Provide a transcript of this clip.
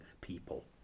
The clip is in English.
people